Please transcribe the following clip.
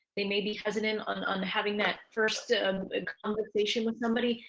they may be hesitant on on having that first conversation with somebody,